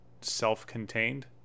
self-contained